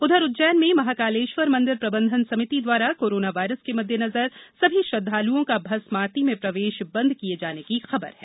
उधर उज्जैन में महाकालेश्वर मंदिर प्रबंधन समिति द्वारा कोरोना वायरस के मददेनजर सभी श्रद्वालुओं का भस्म आरती में प्रवेश बंद किये जाने की खबर है